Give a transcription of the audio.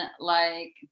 -like